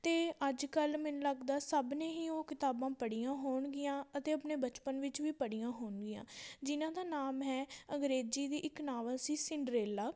ਅਤੇ ਅੱਜ ਕੱਲ੍ਹ ਮੈਨੂੰ ਲੱਗਦਾ ਸਭ ਨੇ ਹੀ ਉਹ ਕਿਤਾਬਾਂ ਪੜ੍ਹੀਆਂ ਹੋਣਗੀਆਂ ਅਤੇ ਆਪਣੇ ਬਚਪਨ ਵਿੱਚ ਵੀ ਪੜ੍ਹੀਆਂ ਹੋਣਗੀਆਂ ਜਿਨ੍ਹਾਂ ਦਾ ਨਾਮ ਹੈ ਅੰਗਰੇਜ਼ੀ ਦੀ ਇੱਕ ਨਾਵਲ ਸੀ ਸਿੰਡਰੇਲਾ